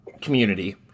community